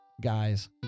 Guys